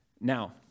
Now